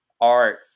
art